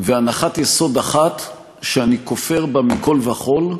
והנחת יסוד אחת שאני כופר בה מכול וכול,